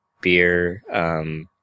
beer